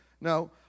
no